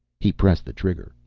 he pressed the trigger.